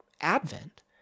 Advent